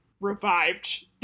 revived